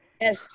Yes